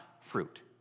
fruit